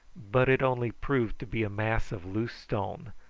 but it only proved to be a mass of loose stone,